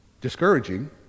discouraging